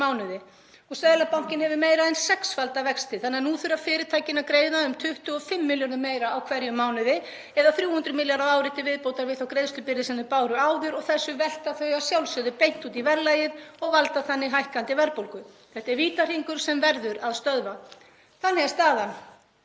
mánuði. Seðlabankinn hefur meira en sexfaldað vexti þannig að nú þurfa fyrirtækin að greiða um 25 milljörðum meira á hverjum mánuði eða 300 milljarða á ári til viðbótar við þá greiðslubyrði sem þau báru áður og þessu velta þau að sjálfsögðu beint út í verðlagið og valda þannig hækkandi verðbólgu. Þetta er vítahringur sem verður að stöðva. Þannig er staðan.